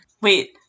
wait